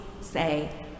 say